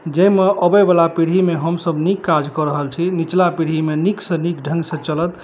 जाहिमे अबै बला पीढ़ीमे हमसब नीक काज कऽ रहल छी निचला पीढ़ीमे नीकसँ नीक ढंग सऽ चलत